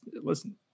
Listen